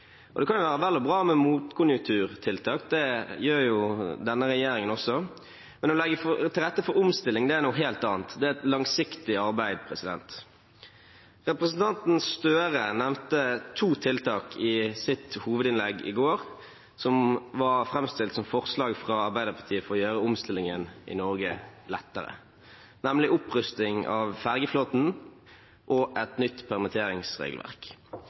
Det kan være vel og bra med motkonjunkturtiltak, det har denne regjeringen også, men å legge til rette for omstilling er noe helt annet. Det er et langsiktig arbeid. Representanten Gahr Støre nevnte to tiltak i sitt hovedinnlegg i går, framstilt som forslag fra Arbeiderpartiet for å gjøre omstillingen i Norge lettere, nemlig opprusting av fergeflåten og et nytt permitteringsregelverk.